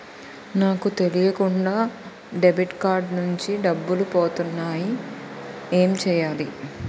నాకు తెలియకుండా debit card నుంచి డబ్బులు పోతున్నాయి ఎం చెయ్యాలి?